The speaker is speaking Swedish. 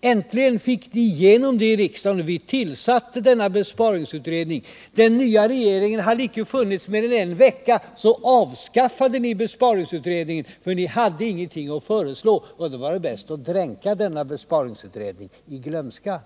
Till slut fick ni igenom det i riksdagen, och vi tillsatte besparingsutredningen. Trepartiregeringen hade inte funnits mer än en vecka förrän ni avskaffade besparingsutredningen, för ni hade ingenting att föreslå. Och då var det bäst att dränka besparingsutredningen i glömskans